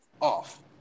off